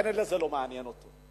וכנראה זה לא מעניין אותו.